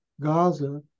Gaza